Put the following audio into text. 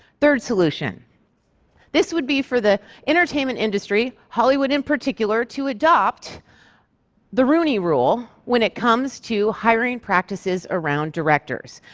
third solution this would be for the entertainment industry, hollywood in particular, to adopt the rooney rule when it comes to hiring practices around directors.